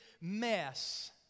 mess